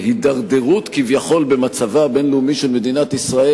בהידרדרות-כביכול במצבה הבין-לאומי של מדינת ישראל,